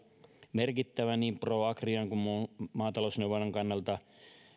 merkittävää niin proagrian kuin muun maatalousneuvonnan kannalta